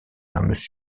mrs